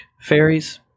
fairies